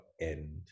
end